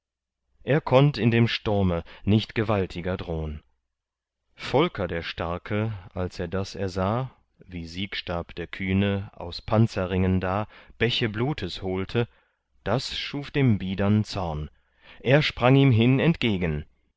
er konnt in dem sturme nicht gewaltiger drohn volker der starke als er das ersah wie siegstab der kühne aus panzerringen da bäche blutes holte das schuf dem biedern zorn er sprang ihm hin entgegen